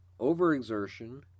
Overexertion